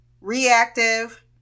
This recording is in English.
reactive